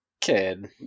Kid